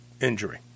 injury